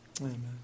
Amen